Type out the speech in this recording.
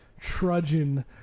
trudging